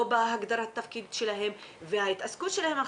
לא בהגדרת התפקיד שלהם וההתעסקות שלהם.